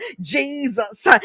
Jesus